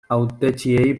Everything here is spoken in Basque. hautetsiei